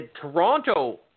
Toronto